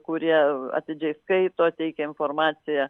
kurie atidžiai skaito teikia informaciją